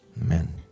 Amen